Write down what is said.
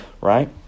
right